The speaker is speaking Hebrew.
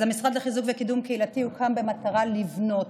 אז המשרד לחיזוק וקידום קהילתי הוקם במטרה לבנות,